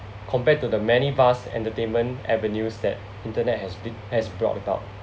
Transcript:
compared to the many vast entertainment avenues that internet has been has brought about